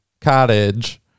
cottage